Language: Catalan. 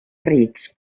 rics